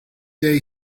day